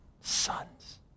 Sons